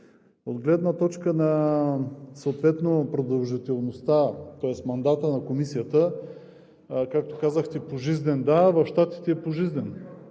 От гледна точка на продължителността, тоест мандатът на Комисията, както казахте, пожизнен – да, в Щатите е пожизнен,